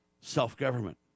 self-government